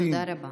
תודה רבה.